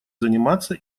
заниматься